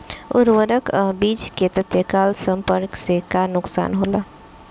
उर्वरक अ बीज के तत्काल संपर्क से का नुकसान होला?